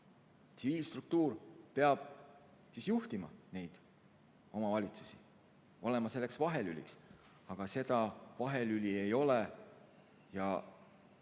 tsiviilstruktuur peab juhtima neid omavalitsusi, olema selleks vahelüliks. Aga seda vahelüli ei ole ja